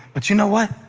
but you know what?